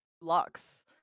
locks